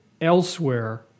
elsewhere